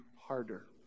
harder